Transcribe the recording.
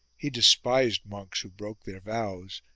he despised monks who broke their vows,